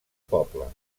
poble